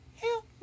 help